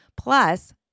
plus